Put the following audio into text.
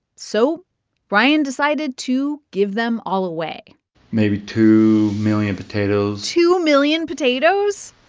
so ryan decided to give them all away maybe two million potatoes two million potatoes